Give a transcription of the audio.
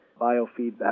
biofeedback